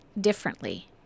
differently